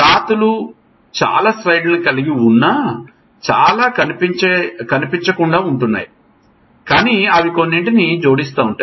జాతులు చాలా స్లైడ్లను కలిగి వున్నా చాల కనిపించే కుండా వుంటున్నాయి కాని అవి కొన్నింటిని జోడిస్తాయి